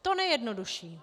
To nejjednodušší.